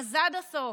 אז עד הסוף.